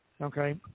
Okay